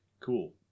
cool